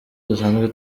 dusanzwe